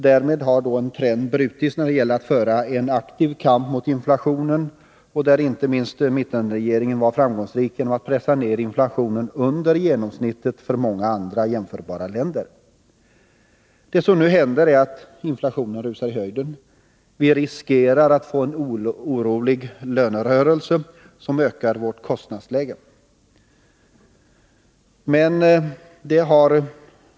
Därmed har en trend brutits när det gäller att föra en aktiv kamp mot inflationen. På det området var inte minst mittenregeringen framgångsrik genom att den pressade ner inflationen under genomsnittet för inflationen i många andra jämförbara länder. Det som nu händer är att priserna rusar i höjden. Vi riskerar att få en orolig lönerörelse som höjer vårt kostnadsläge.